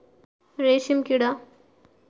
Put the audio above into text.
रेशीमकिडा